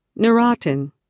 Neurotin